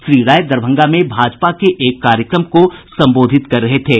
श्री राय दरभंगा में भाजपा के कार्यक्रम को संबोधित कर रहे थे